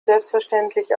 selbstverständlich